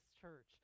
church